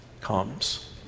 comes